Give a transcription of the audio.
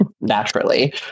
naturally